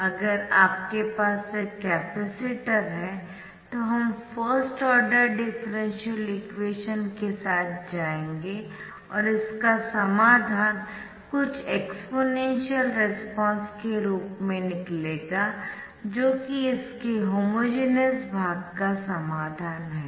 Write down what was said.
अगर हमारे पास एक कैपेसिटर है तो हम फर्स्ट आर्डर डिफरेंशियल इक्वेशन के साथ जाएंगे और इसका समाधान कुछ एक्सपोनेंशियल रेस्पॉन्स के रूप में निकलेगा जो कि इसके होमोजेनियस भाग का समाधान है